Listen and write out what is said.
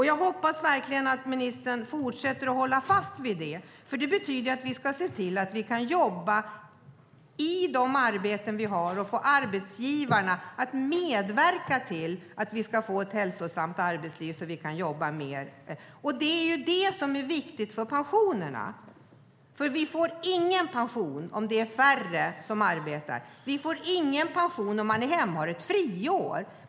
Jag hoppas verkligen att ministern fortsätter att hålla fast vid det. Det betyder att vi ska jobba och få arbetsgivarna att medverka till ett hälsosamt arbetsliv så att människor kan jobba längre. Det är ju det som är viktigt för pensionerna. Vi får ingen pension om det är färre som arbetar eller om man är hemma och har ett friår.